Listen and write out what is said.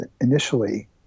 initially